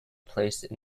place